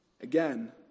Again